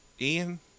Ian